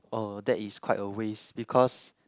oh that is quite a waste because